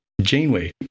Janeway